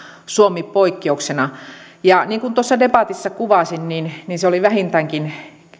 suomi poikkeuksena niin kuin debatissa kuvasin se oli vähintäänkin